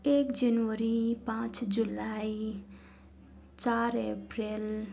एक जनवरी पाँच जुलाई चार अप्रेल